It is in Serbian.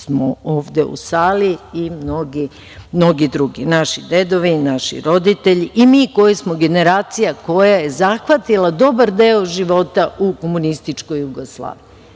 smo ovde u sali i mnogi drugi, naši dedovi, naši roditelji i mi koji smo generacija koja je zahvatila dobar deo života u komunističkoj Jugoslaviji.